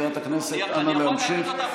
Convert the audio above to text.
מזכירת הכנסת, אנא, להמשיך.